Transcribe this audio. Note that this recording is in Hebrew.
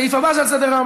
הסעיף הבא שעל סדר-היום,